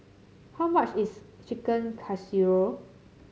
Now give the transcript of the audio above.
how much is Chicken Casserole